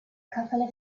couple